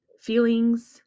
feelings